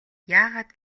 яагаад